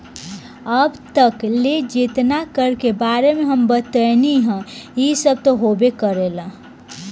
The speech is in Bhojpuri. अब तक ले जेतना कर के बारे में हम तोहनी के बतइनी हइ उ सब त होबे करेला